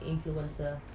right